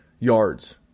yards